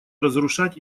разрушать